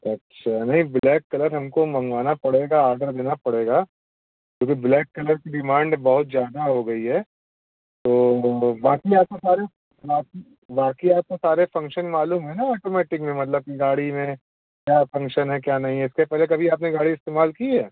अच्छा नहीं black colour हम को मंगवाना पड़ेगा ऑर्डर देना पड़ेगा क्योंकि ब्लैक कलर की डिमांड बहुत ज़्यादा हो गई है तो बाकी आपको सारे बाकी बाकी आपको सारे फंक्शन मालूम है ना आटोमेटिक में मतलब कि गाड़ी में क्या फंक्शन है क्या नहीं है इससे पहले कभी आपने गाड़ी इस्तेमाल की है